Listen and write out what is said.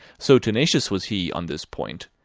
so tenacious was he on this point,